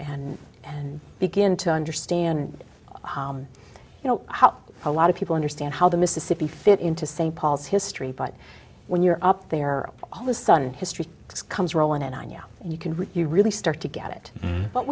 and begin to understand you know how a lot of people understand how the mississippi fit into st paul's history but when you're up there all the sudden history comes rolling and i knew you can you really start to get it but